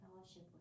fellowship